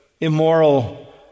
immoral